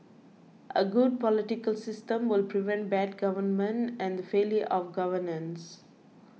a good political system will prevent bad government and the failure of governance